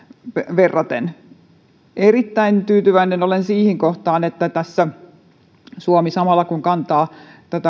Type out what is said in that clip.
verraten erittäin tyytyväinen olen siihen kohtaan että tässä suomi samalla kun kantaa